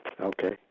Okay